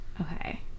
Okay